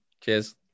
Cheers